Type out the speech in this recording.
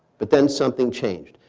but then something changed.